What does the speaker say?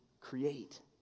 create